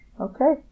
Okay